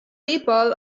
people